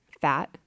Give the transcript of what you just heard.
fat